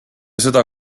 seda